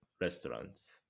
restaurants